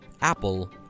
Apple